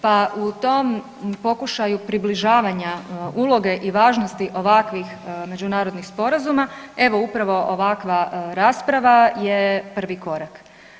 Pa u tom pokušaju približavanja uloge i važnosti ovakvih međunarodnih sporazuma, evo upravo ovakva rasprava je prvi korak.